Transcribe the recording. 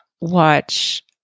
watch